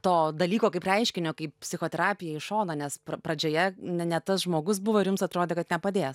to dalyko kaip reiškinio kaip psichoterapija į šoną nes pradžioje ne ne tas žmogus buvo ir jums atrodė kad nepadės